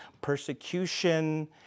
persecution